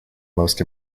most